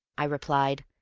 i replied.